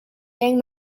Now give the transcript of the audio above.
during